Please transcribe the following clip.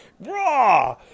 raw